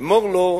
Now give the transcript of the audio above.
אמור לו: